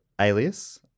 alias